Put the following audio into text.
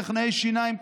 טכנאי שיניים,